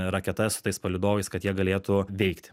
raketas su tais palydovais kad jie galėtų veikti